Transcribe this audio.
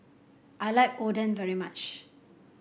I like Oden very much